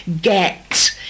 get